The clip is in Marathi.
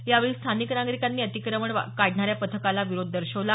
यावेळी स्थानिक नागरिकांनी अतिक्रमण काढणाऱ्या पथकाला विरोध दर्शवला